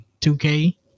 2K